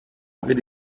avait